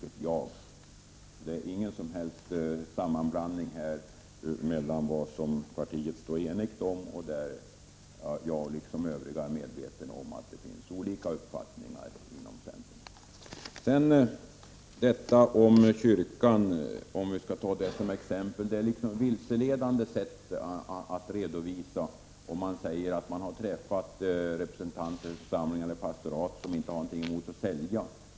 Jag har inte gjort någon som helst sammanblandning av de frågor som partiet är enigt om och de frågor där jag liksom övriga är medvetna om att det inom centern finns olika uppfattningar. Man redovisar kyrkans inställning på ett vilseledande sätt om man säger att man har träffat representanter för församlingar eller pastorat som inte har någonting emot att sälja.